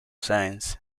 sáenz